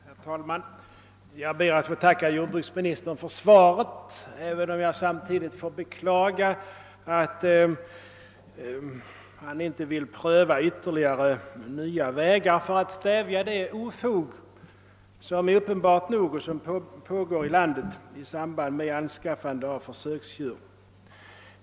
Herr talman! Jag ber att få tacka jordbruksministern för svaret, även om jag samtidigt måste beklaga att han inte vill pröva nya vägar för att stävja det uppenbara ofog som pågår i landet i samband med anskaffande av försöksdjur.